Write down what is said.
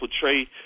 portray